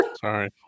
sorry